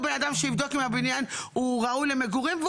בן אדם שיבדוק אם הבניין ראוי למגורים,